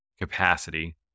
capacity